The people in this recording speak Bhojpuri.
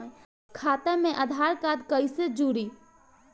खाता मे आधार कार्ड कईसे जुड़ि?